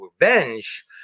Revenge